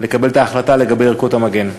לקבל את ההחלטה לגבי ערכות המגן.